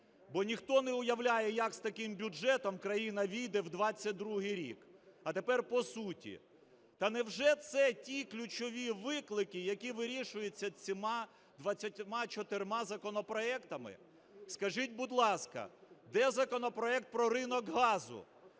Бо ніхто не уявляє, як з таким бюджетом країна увійде в 2022 рік. А тепер по суті. Та невже це ті ключові виклики, які вирішуються цими 24 законопроектами? Скажіть, будь ласка, де законопроект про ринок газу,